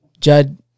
Judd